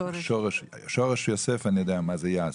מתפלא שהסכימו.